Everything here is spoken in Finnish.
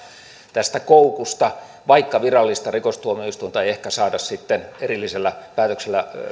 tästä koukusta vaikka virallista rikostuomioistuinta ei ehkä saada sitten erillisellä päätöksellä